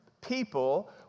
people